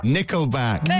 Nickelback